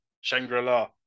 Shangri-La